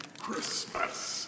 Christmas